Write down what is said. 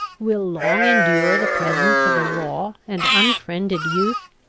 will long endure the presence of a raw and unfriended youth,